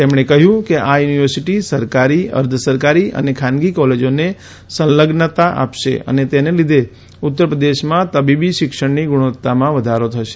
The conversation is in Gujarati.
તેમણે કહ્યું કે આ યુનિવર્સિટી સરકારી અર્ધ સરકારી અને ખાનગી કોલેજોને સંલગ્નતા આપશે અને તેના લીધે ઉત્તરપ્રદેશમાં તબીબી શિક્ષણની ગુણવત્તામાં વધારો થશે